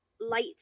light